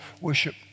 worship